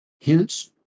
Hence